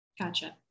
Gotcha